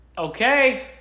Okay